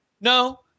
No